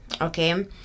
okay